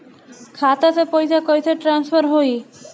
खाता से पैसा कईसे ट्रासर्फर होई?